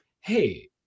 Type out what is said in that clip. hey